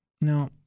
Now